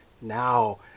Now